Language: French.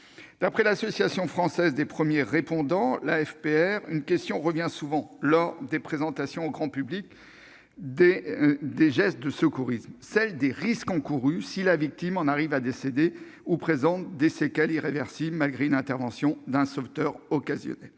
D'après l'Association française des premiers répondants, l'AFPR, une question revient souvent lors des présentations au grand public des gestes de secourisme, celle des risques encourus si la victime vient à décéder ou présente des séquelles irréversibles malgré l'intervention d'un sauveteur occasionnel.